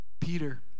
Peter